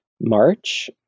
March